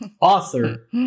author